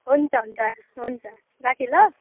हुन्छ हुन्छ हुन्छ राखेँ ल